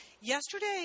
yesterday